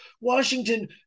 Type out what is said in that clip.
Washington